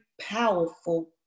powerful